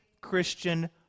Christian